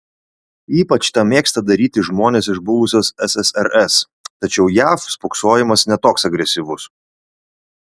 ypač tą mėgsta daryti žmonės iš buvusios ssrs tačiau jav spoksojimas ne toks agresyvus